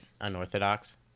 unorthodox